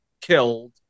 killed